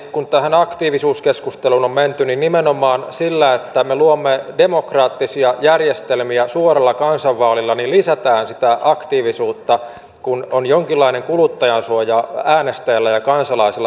kun tähän aktiivisuuskeskusteluun on menty niin mielestäni nimenomaan sillä että me luomme demokraattisia järjestelmiä suoralla kansanvaalilla lisätään sitä aktiivisuutta kun on jonkinlainen kuluttajansuoja äänestäjällä ja kansalaisella